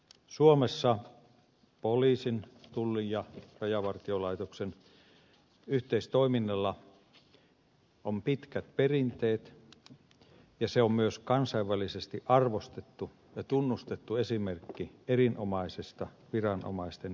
suomessa poliisin tullin ja rajavartiolaitoksen yhteistoiminnalla on pitkät perinteet ja se on myös kansainvälisesti arvostettu ja tunnustettu esimerkki erinomaisesta viranomaisten yhteistyöstä